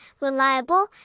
reliable